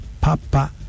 Papa